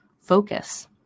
focus